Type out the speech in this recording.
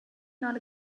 not